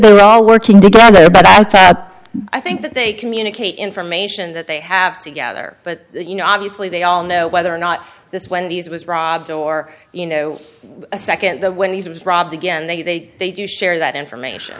were all working together but i think that they communicate information that they have together but you know obviously they all know whether or not this wendy's was robbed or you know a second the wendy's was robbed again they they do share that information